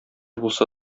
булса